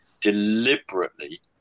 deliberately